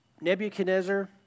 Nebuchadnezzar